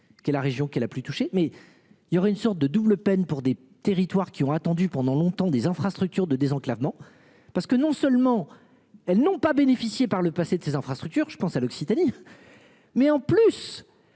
qui est la région qui est la plus touchée, mais il y aurait une sorte de double peine pour des territoires qui ont attendu pendant longtemps des infrastructures de désenclavement. Parce que non seulement. Elles n'ont pas bénéficié par le passé de ces infrastructures, je pense à l'Occitanie. Mais en plus.